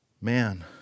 man